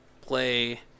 play